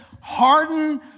hardened